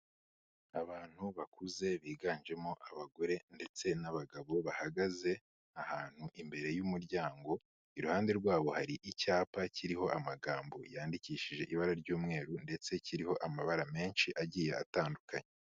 Abantu bakuze biganjemo abagore ndetse n'abagabo bahagaze ahantu imbere y'umuryango, iruhande rwabo hari icyapa kiriho amagambo yandikishije ibara ry'umweru ndetse kiriho amabara menshi agiye atandukanye.